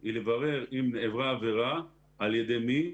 היא לברר אם נעברה עבירה על ידי מי,